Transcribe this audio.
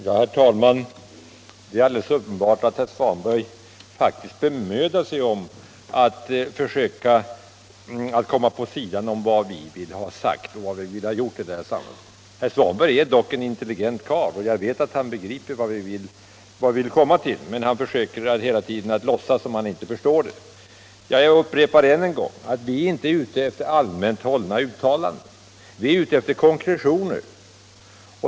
Herr talman! Det är alldeles uppenbart att herr Svanberg bemödar sig om att försöka komma på sidan av vad vi i centern vill ha sagt och gjort. Herr Svanberg är dock en intelligent karl, och jag vet att han begriper vad vi vill komma fram till, men han försöker hela tiden låtsas som om han inte förstår det. Jag upprepar än en gång: Vi är inte ute efter allmänt hållna uttalanden. Vi är ute efter konkretioner.